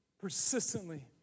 persistently